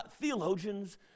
Theologians